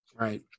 Right